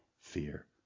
fear